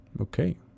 Okay